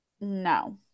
No